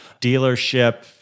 dealership